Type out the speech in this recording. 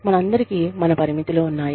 మనందరికీ మన పరిమితులు ఉన్నాయి